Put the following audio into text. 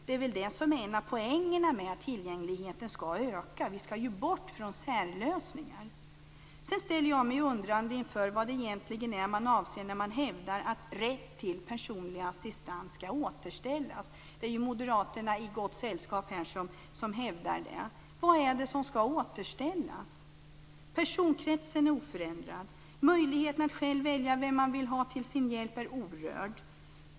Det är väl det som är en av poängerna med att tillgängligheten skall öka. Vi skall ju bort från särlösningar. Sedan ställer jag mig undrande inför vad det egentligen är man avser när man hävdar att rätten till personlig assistans skall återställas. Det hävdar ju moderaterna här i gott sällskap. Vad är det som skall återställas? Personkretsen är oförändrad. Möjligheten att själv välja vem man vill ha till sin hjälp är orörd.